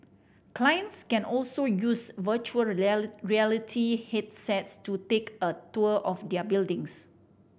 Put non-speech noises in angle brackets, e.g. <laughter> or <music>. clients can also use virtual <unintelligible> reality headsets to take a tour of their buildings